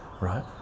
right